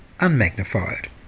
unmagnified